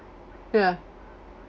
ya